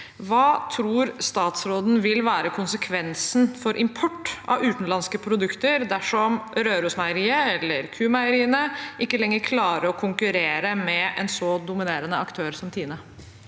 Hva tror statsråden vil være konsekvensen for import av utenlandske produkter dersom Rørosmeieriet eller Q-Meieriene ikke lenger klarer å konkurrere med en så dominerende aktør som TINE?